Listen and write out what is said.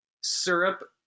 syrup